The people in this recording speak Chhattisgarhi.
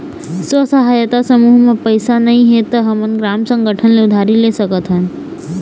स्व सहायता समूह म पइसा नइ हे त हमन ग्राम संगठन ले उधारी ले सकत हन